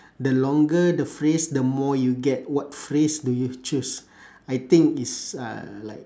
the longer the phrase the more you get what phrase do you choose I think it's uh like